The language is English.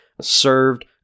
served